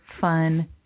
fun